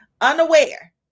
unaware